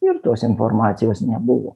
ir tos informacijos nebuvo